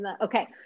Okay